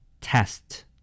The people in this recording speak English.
Test